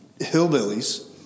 hillbillies